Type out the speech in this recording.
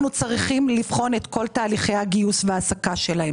צריכים לבחון את כל תהליכי הגיוס וההעסקה שלהם.